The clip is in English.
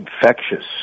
infectious